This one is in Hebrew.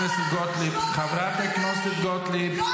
תנו לה, תנו לה, בבקשה.